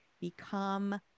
become